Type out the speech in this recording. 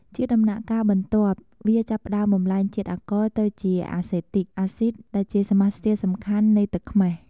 ជាដំណាក់កាលបន្ទាប់វាចាប់ផ្តើមបំប្លែងជាតិអាល់កុលទៅជា អាសេទិក អាស៊ីត ដែលជាសមាសធាតុសំខាន់នៃទឹកខ្មេះ។